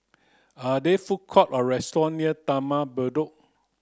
are there food court or restaurant near Taman Bedok